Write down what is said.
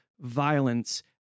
violence